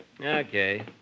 Okay